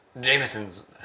Jameson's